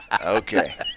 Okay